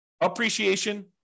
appreciation